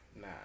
nah